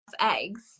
eggs